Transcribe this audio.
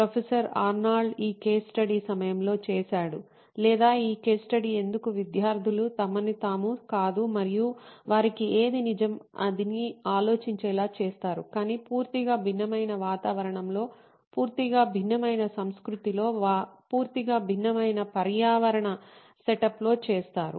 professor Arnold ఈ case study సమయంలో చేసాడు లేదా ఈ కేస్ స్టడీ ఎందుకు విద్యార్థులు తమను తాము కాదు మరియు వారికి ఏది నిజం అని ఆలోచించేలా చేస్తారు కానీ పూర్తిగా భిన్నమైన వాతావరణంలో పూర్తిగా భిన్నమైన సంస్కృతిలో పూర్తిగా భిన్నమైన పర్యావరణ సెటప్లో చేస్తారు